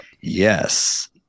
Yes